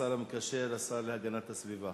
השר המקשר והשר להגנת הסביבה.